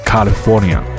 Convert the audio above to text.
California